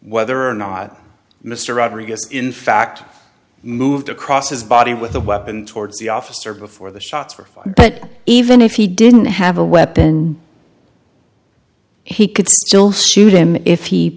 whether or not mr rodriguez in fact moved across his body with the weapon towards the officer before the shots were fired but even if he didn't have a weapon he could still shoot him if he